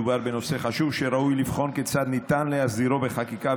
מדובר בנושא חשוב שראוי לבחון כיצד ניתן להסדירו בחקיקה.